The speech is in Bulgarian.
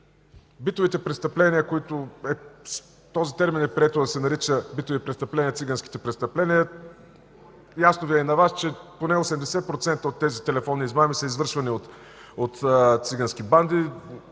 битовите престъпления, този термин е прието да се нарича „битови престъпления” – циганските престъпления, ясно Ви е на Вас, че поне 80% от тези телефонни измами са извършвани от цигански банди.